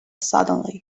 suddenly